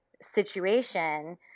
situation